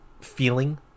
feeling